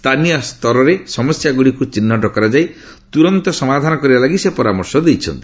ସ୍ଥାନୀୟ ସ୍ତରରେ ସମସ୍ୟା ଗୁଡ଼ିକୁ ଚିହ୍ନଟ କରାଯାଇ ତୁରନ୍ତ ସମାଧାନ କରିବା ଲାଗି ସେ ପରାମର୍ଶ ଦେଇଛନ୍ତି